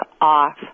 off